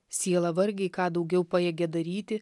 siela vargiai ką daugiau pajėgia daryti